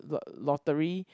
lottery